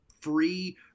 free